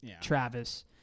Travis